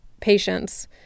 patients